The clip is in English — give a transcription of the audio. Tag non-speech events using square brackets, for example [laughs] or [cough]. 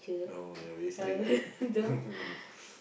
no you are very strict right [laughs]